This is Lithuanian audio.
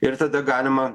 ir tada galima